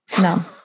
No